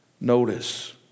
Notice